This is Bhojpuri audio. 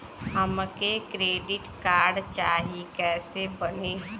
हमके क्रेडिट कार्ड चाही कैसे बनी?